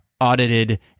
Audited